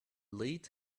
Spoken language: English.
lead